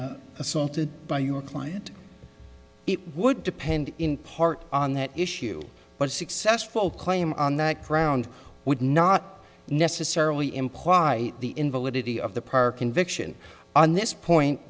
assaulted by your client it would depend in part on that issue but successful claim on that ground would not necessarily imply the invalidity of the park conviction on this point